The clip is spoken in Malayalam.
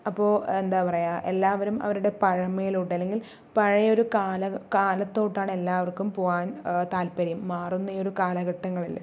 അപ്പോൾ എന്താ പറയുക എല്ലാവരും അവരുടെ പഴമയിലോട്ട് അല്ലെങ്കിൽ പഴയൊരു കാലം കാലത്തിലോട്ടാണ് എല്ലാവർക്കും പോകാൻ താത്പര്യം മാറുന്ന ഈ ഒരു കാലഘട്ടങ്ങളിൽ